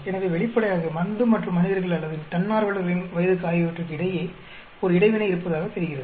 எனவே வெளிப்படையாக மருந்து மற்றும் மனிதர்கள் அல்லது தன்னார்வலர்களின் வயது ஆகியவற்றுக்கு இடையே ஒரு இடைவினை இருப்பதாகத் தெரிகிறது